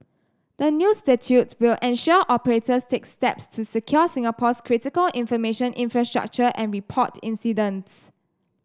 the new statute will ensure operators take steps to secure Singapore's critical information infrastructure and report incidents